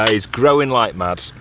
he's growing like mad.